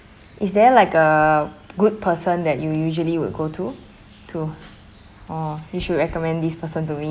is there like a good person that you usually would go to to oh you should recommend this person to me